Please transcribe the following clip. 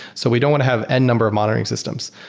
so we don't have n-number of monitoring systems.